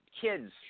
kids